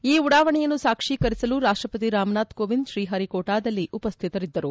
ಈ ಉಡಾವಣೆಯನ್ನು ಸಾಕ್ಷೀಕರಿಸಲು ರಾಷ್ಟಪತಿ ರಾಮನಾಥ್ಕೋವಿಂದ್ ಶ್ರೀಹರಿಕೋಟಾದಲ್ಲಿ ಉಪಸ್ಥಿತರಿದ್ದರು